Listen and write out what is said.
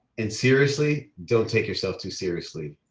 and seriously, don't take yourself too seriously,